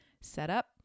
setup